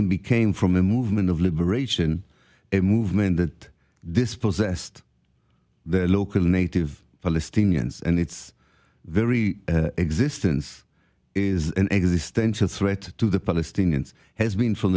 it became from a movement of liberation movement that dispossessed the local native palestinians and its very existence is an existential threat to the palestinians has been from